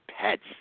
pets